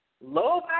low